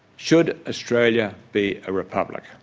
should australia be a republic?